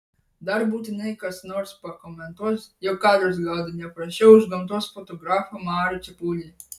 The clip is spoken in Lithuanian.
dar būtinai kas nors pakomentuos jog kadrus gaudai ne prasčiau už gamtos fotografą marių čepulį